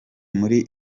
muri